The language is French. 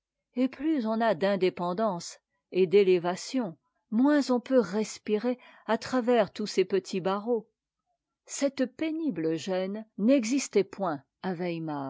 et plus on a d'indépendance et d'élévation moins on peut respirer à travers ces petits barreaux cette pénible gêne n'existait point